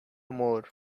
more